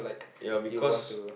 ya because